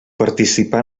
participà